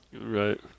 Right